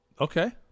Okay